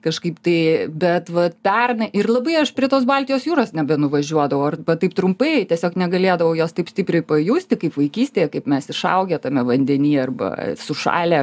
kažkaip tai bet va pernai ir labai aš prie tos baltijos jūros nebenuvažiuodavau arba taip trumpai tiesiog negalėdavau jos taip stipriai pajusti kaip vaikystėje kaip mes išaugę tame vandenyje arba sušalę